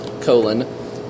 colon